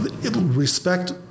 respect